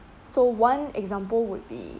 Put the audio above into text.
so one example would be